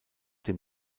dem